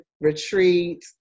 retreat